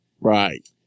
right